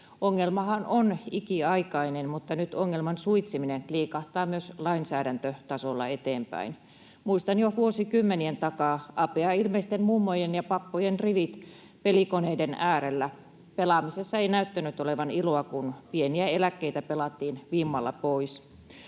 Ongelmahan on ikiaikainen, mutta nyt ongelman suitsiminen liikahtaa myös lainsäädäntötasolla eteenpäin. Muistan jo vuosikymmenien takaa apeailmeisten mummojen ja pappojen rivit pelikoneiden äärellä. Pelaamisessa ei näyttänyt olevan iloa, kun pieniä eläkkeitä pelattiin vimmalla pois.